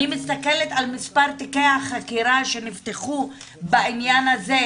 אני מסתכלת על מספר תיקי החקירה שנפתחו בעניין הזה,